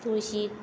तुळशीक